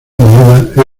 moneda